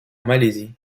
malaisie